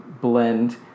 Blend